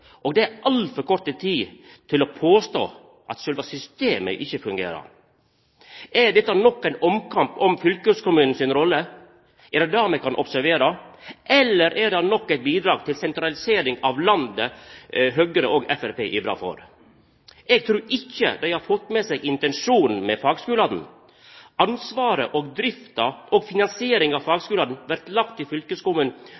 Det er altfor kort tid til å påstå at sjølve systemet ikkje fungerer. Er dette nok ein omkamp om fylkeskommunen si rolle? Er det det vi kan observera? Eller er det nok eit bidrag til den sentraliseringa av landet som Høgre og Framstegspartiet ivrar for? Eg trur ikkje dei har fått med seg intensjonen med fagskulane. Ansvaret for drifta og finansieringa av